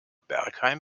bergheim